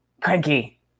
Cranky